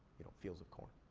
fields of corn.